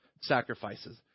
sacrifices